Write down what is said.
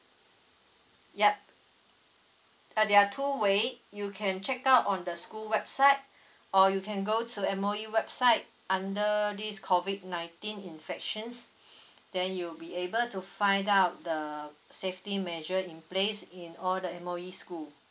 yup uh there are two ways you can check out on the school website or you can go to M_O_E website under this COVID nineteen infections then you'll be able to find out the safety measure in place in all the M_O_E school